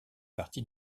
partie